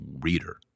reader